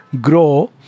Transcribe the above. grow